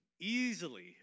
easily